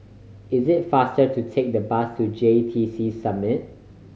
is it faster to take the bus to J T C Summit